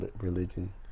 religion